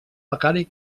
becari